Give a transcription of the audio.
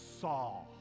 saw